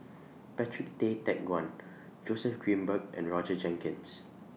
Patrick Tay Teck Guan Joseph Grimberg and Roger Jenkins